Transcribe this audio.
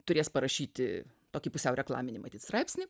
turės parašyti tokį pusiau reklaminį matyt straipsnį